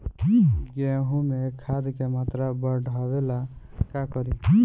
गेहूं में खाद के मात्रा बढ़ावेला का करी?